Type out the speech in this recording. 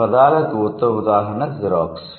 ఈ పదాలకు ఉత్తమ ఉదాహరణ జిరాక్స్